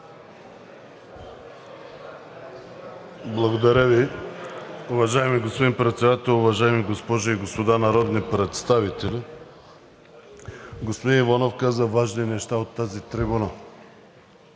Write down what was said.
Благодаря Ви. Уважаеми господин Председател, уважаеми госпожи и господа народни представители! Господин Иванов каза важни неща от тази трибуна,